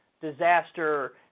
disaster